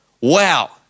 Wow